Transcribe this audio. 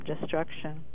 destruction